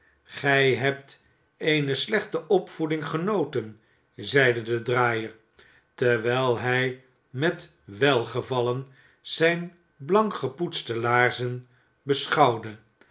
gij hebt eene skchte opvoeding genoten zeide de draaier terwijl hij met welgevallen zijn blankgepoetste laarzen beschouwde